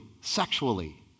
sexually